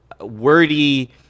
wordy